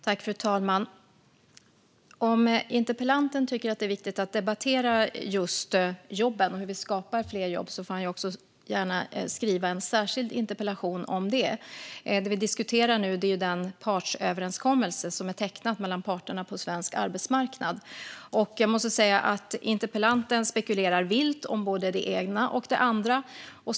Fru talman! Om interpellanten tycker att det är viktigt att debattera jobben och hur vi skapar fler jobb får han gärna skriva en särskild interpellation om det. Det vi diskuterar nu är den partsöverenskommelse som är tecknad mellan parterna på svensk arbetsmarknad. Jag måste säga att interpellanten spekulerar vilt om både det ena och det andra.